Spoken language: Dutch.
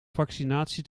vaccinatie